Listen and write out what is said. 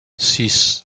six